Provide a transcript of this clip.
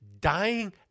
dying